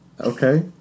Okay